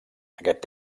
aquest